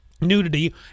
nudity